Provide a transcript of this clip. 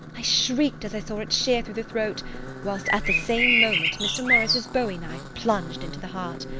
i shrieked as i saw it shear through the throat whilst at the same moment mr. morris's bowie knife plunged into the heart.